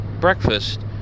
breakfast